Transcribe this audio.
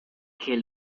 que